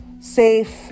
safe